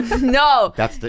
No